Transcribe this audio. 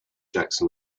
jackson